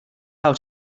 how